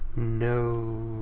no,